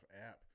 app